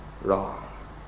wrong